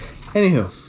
anywho